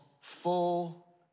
full